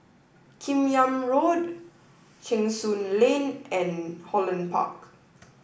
kim Yam Road Cheng Soon Lane and Holland Park